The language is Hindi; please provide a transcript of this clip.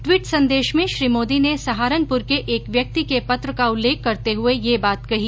ट्वीट संदेश में श्री मोदी ने सहारनपुर के एक व्यक्ति के पत्र का उल्लेख करते हुए यह बात कही